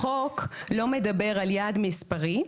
החוק לא מדבר על יעד מספרי,